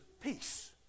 peace